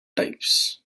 types